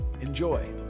Enjoy